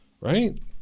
right